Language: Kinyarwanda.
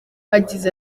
yagize